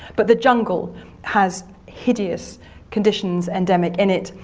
but the jungle has hideous conditions endemic in it.